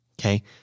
Okay